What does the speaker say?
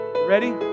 Ready